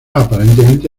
aparentemente